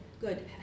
good